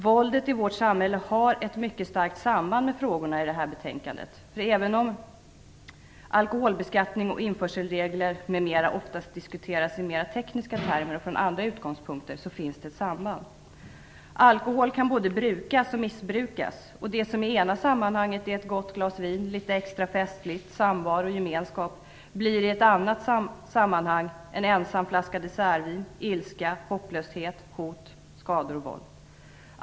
Våldet i vårt samhälle har ett mycket starkt samband med frågorna i det här betänkandet. oftast diskuteras i mera tekniska termer och från andra utgångspunkter så finns ett samband. Alkohol kan både brukas och missbrukas. Det som i ena sammanhanget är ett gott glas vin, litet extra festligt, samvaro och gemenskap, blir i ett annat sammanhang en ensam flaska dessertvin, ilska, hopplöshet, hot, skador och våld.